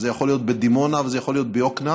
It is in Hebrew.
זה יכול להיות בדימונה וזה יכול להיות ביקנעם,